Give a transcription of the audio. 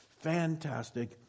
fantastic